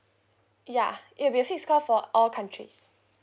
ya it will be a fixed call for all countries